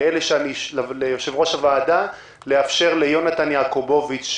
ליושב-ראש הוועדה לאפשר ליונתן יעקובוביץ'